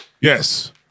Yes